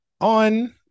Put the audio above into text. on